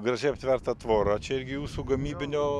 gražiai aptverta tvora čia irgi jūsų gamybinio